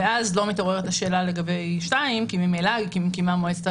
אז לא מתעוררת השאלה לגבי (2) כי ממילא "קיימה מועצת